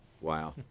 Wow